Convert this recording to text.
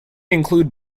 include